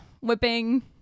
whipping